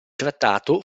trattato